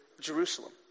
Jerusalem